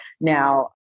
Now